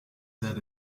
set